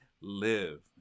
live